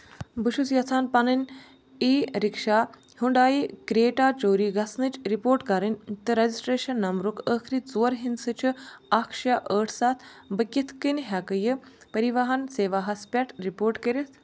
بہٕ چھُس یژھان پَنٕنۍ ای رِکشا ہُنٛڈایہِ کرٛیٹا چوری گژھنٕچ رپورٹ کَرٕنۍ تہٕ رَجِسٹرٛیشَن نمبرُک ٲخری ژور ہِنٛدسہٕ چھِ اکھ شےٚ ٲٹھ سَتھ بہٕ کِتھ کٔنۍ ہؠکہٕ یہِ پٔرِواہَن سیواہس پؠٹھ رپورٹ کٔرِتھ